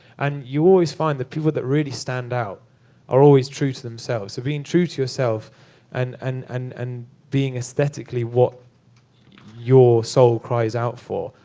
and you always find the people that really stand out are always true to themselves. so being true to yourself and and and and being aesthetically what your soul cries out for,